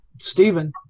Stephen